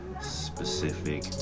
specific